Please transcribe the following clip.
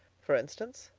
for instance?